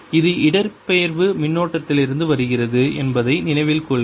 இது இடப்பெயர்வு மின்னோட்டத்திலிருந்து வருகிறது என்பதை நினைவில் கொள்க